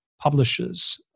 publishers